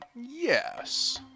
Yes